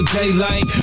daylight